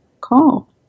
call